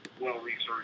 well-researched